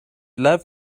love